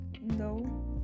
No